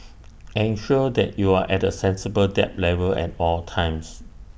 ensure that you are at A sensible debt level at all times